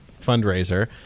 fundraiser